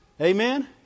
Amen